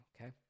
okay